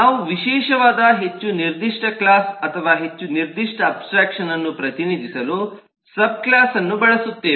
ನಾವು ವಿಶೇಷವಾದ ಹೆಚ್ಚು ನಿರ್ದಿಷ್ಟ ಕ್ಲಾಸ್ ಅಥವಾ ಹೆಚ್ಚು ನಿರ್ದಿಷ್ಟ ಅಬ್ಸ್ಟ್ರಾಕ್ಷನ್ಅನ್ನು ಪ್ರತಿನಿಧಿಸಲು ಸಬ್ ಕ್ಲಾಸ್ಅನ್ನು ಬಳಸುತ್ತೇವೆ